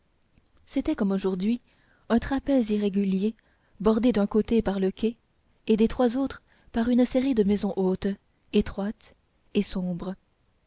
c'était comme aujourd'hui un trapèze irrégulier bordé d'un côté par le quai et des trois autres par une série de maisons hautes étroites et sombres